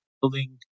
building